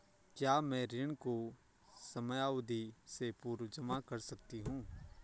क्या मैं ऋण को समयावधि से पूर्व जमा कर सकती हूँ?